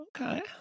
Okay